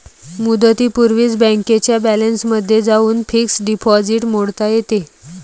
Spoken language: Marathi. मुदतीपूर्वीच बँकेच्या बॅलन्समध्ये जाऊन फिक्स्ड डिपॉझिट मोडता येते